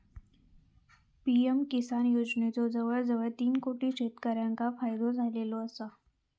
PM Kisan योजनेचो जवळजवळ तीन कोटी शेतकऱ्यांका फायदो झालेलो आसा